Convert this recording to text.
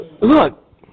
Look